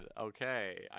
Okay